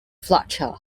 fletcher